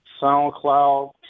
SoundCloud